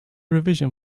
revision